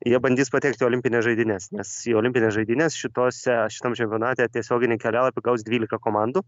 jie bandys patekti į olimpines žaidynes nes į olimpines žaidynes šitose šitam čempionate tiesioginį kelialapį gaus dvylika komandų